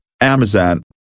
Amazon